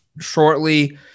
shortly